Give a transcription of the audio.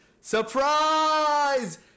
surprise